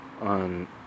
on